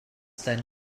then